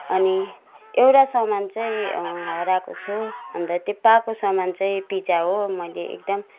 अनि एउटा सामान चाहिँ हराएको छ अन्त त्यो पाएको सामान चाहिँ पिज्जा हो मैले एकदम